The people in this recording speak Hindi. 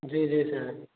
जी जी सर